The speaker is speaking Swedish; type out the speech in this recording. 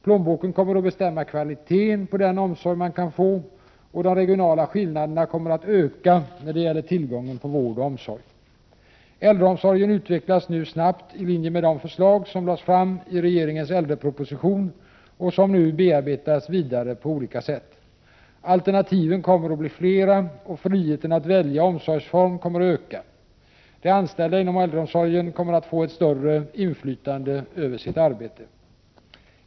Plånboken kommer att bestämma kvaliteten på den omsorg man kan få, och de regionala skillnaderna kommer att öka när det gäller tillgången på vård och omsorg. Äldreomsorgen utvecklas nu snabbt i linje med de förslag som lades fram i regeringens äldreproposition och som nu bearbetas vidare på olika sätt. Alternativen kommer att bli flera och friheten att välja omsorgsform kommer att öka. De anställda inom äldreomsorgen kommer att få ett större inflytande över sitt arbete.